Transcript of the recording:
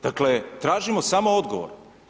Dakle, tražimo samo odgovor.